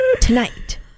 tonight